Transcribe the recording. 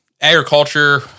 agriculture